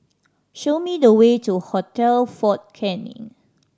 show me the way to Hotel Fort Canning